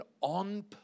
on